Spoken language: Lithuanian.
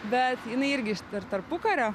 bet jinai irgi iš dar tarpukario